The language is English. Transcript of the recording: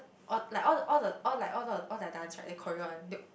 all like all the all the all like all their dance right they choreo one they